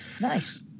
Nice